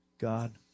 God